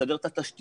נסדר את התשתיות,